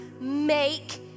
make